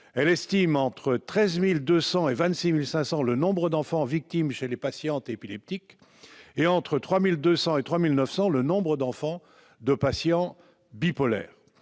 Elle estime entre 13 200 et 26 500 le nombre d'enfants victimes dont les mères sont des patientes épileptiques, et entre 3 200 et 3 900 le nombre d'enfants de patients bipolaires